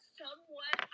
somewhat